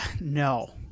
No